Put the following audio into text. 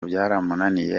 byaramunaniye